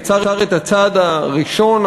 יצר את הצעד הראשון,